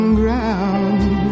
ground